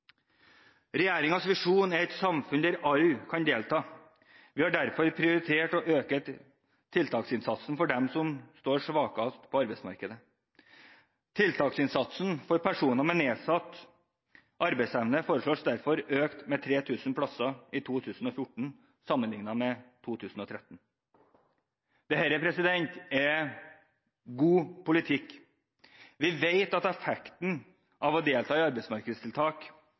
visjon er et samfunn der alle kan delta. Vi har derfor prioritert å øke tiltaksinnsatsen overfor dem som står svakest på arbeidsmarkedet. Tiltaksinnsatsen overfor personer med nedsatt arbeidsevne foreslås derfor økt med 3 000 plasser i 2014 sammenlignet med 2013. Dette er god politikk. Vi vet at effekten av å delta på arbeidsmarkedstiltak